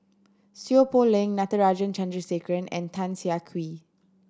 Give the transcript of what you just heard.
Seow Poh Leng Natarajan Chandrasekaran and Tan Siah Kwee